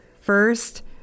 first